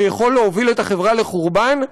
שיכול להוביל את החברה לחורבן,